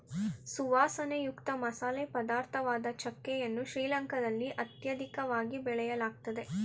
ಸುವಾಸನೆಯುಕ್ತ ಮಸಾಲೆ ಪದಾರ್ಥವಾದ ಚಕ್ಕೆ ಯನ್ನು ಶ್ರೀಲಂಕಾದಲ್ಲಿ ಅತ್ಯಧಿಕವಾಗಿ ಬೆಳೆಯಲಾಗ್ತದೆ